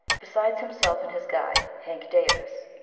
besides himself and his guide, hank davis,